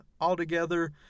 altogether